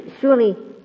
Surely